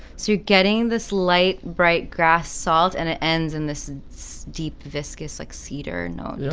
so getting this light bright grass, salt and it ends in this deep viscously cedar note.